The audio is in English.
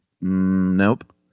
Nope